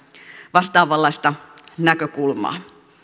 vastaavanlaista näkökulmaa